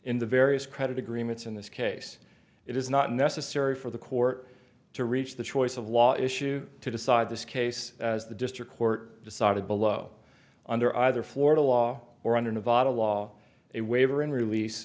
in the various credit agreements in this case it is not necessary for the court to reach the choice of law issue to decide this case as the district court decided below under either florida law or under divided law a waiver and release